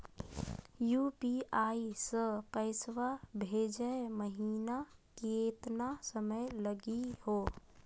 UPI स पैसवा भेजै महिना केतना समय लगही हो?